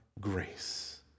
grace